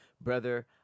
brother